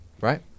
Right